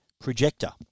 projector